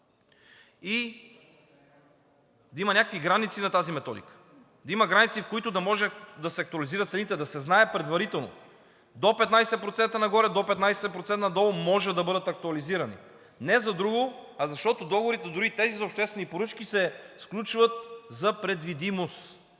и да има някакви граници на тази методика. Да има граници, в които да може да се актуализират цените, да се знае предварително – до 15% нагоре, до 15% надолу може да бъдат актуализирани. Не за друго, а защото договорите – дори тези за обществени поръчки, се сключват за предвидимост!